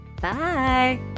Bye